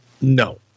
no